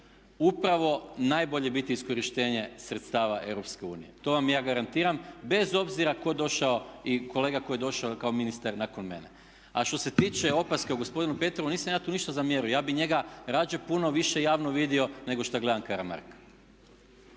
upravo najbolje bit iskorištenje sredstava EU. To vam ja garantiram bez obzira ko došao i kolega koji je došao kao ministar nakon mene. A što se tiče opaske o gospodinu Petrovu, nisam ja tu ništa zamjerio, ja bi njega rađe puno više vidio nego šta gledam Karamarka.